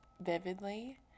vividly